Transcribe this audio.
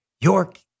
York